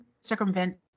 circumvent